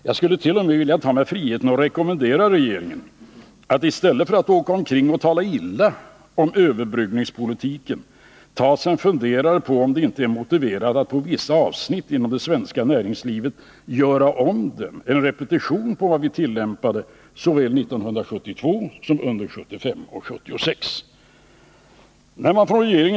Jag skulle t.o.m. vilja ta mig friheten att rekommendera regeringen att i stället för att åka omkring och tala illa om överbryggningspolitiken ta sig en funderare på om det inte är motiverat att på vissa avsnitt inom det svenska näringslivet göra om den, repetera vad vi tillämpade såväl 1972 som under 1975 och 1976.